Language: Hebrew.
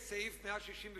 יש סעיף 168,